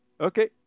Okay